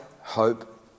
hope